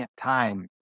time